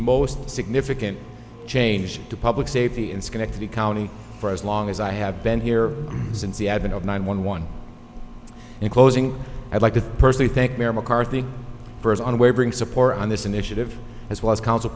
most significant change to public safety in schenectady county for as long as i have been here since the advent of nine one one in closing i'd like to personally thank mayor mccarthy first on wavering support on this initiative as well as council